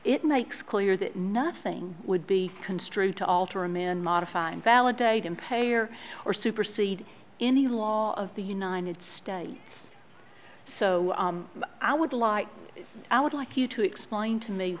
it makes clear that nothing would be construed to alter a man modify and validate in payer or supersede any law of the united states so i would like i would like you to explain to me